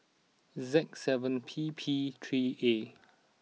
Z seven P P three A